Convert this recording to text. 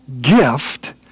gift